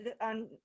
on